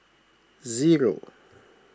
zero